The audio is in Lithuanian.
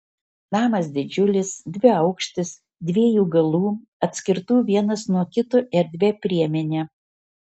namas didžiulis dviaukštis dviejų galų atskirtų vienas nuo kito erdvia priemene